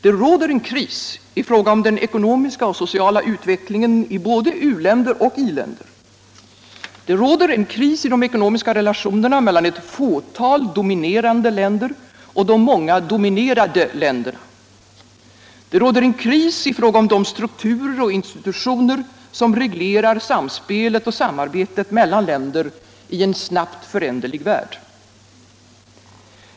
Det råder en kris i fråga om den ekonomiska och sociala utvecklingen i både u-länder och i-länder. Det råder en kris i de ekonomiska relationerna mellan ett fåtal dominerande länder och de många dominerade länderna. Det råder en kris i fråga om de strukturer och institutioner som reglerar samspelet och samarbetet mellan länder i en snabbt föränderlig värld.